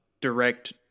direct